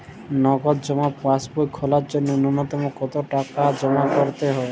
নগদ জমা পাসবই খোলার জন্য নূন্যতম কতো টাকা জমা করতে হবে?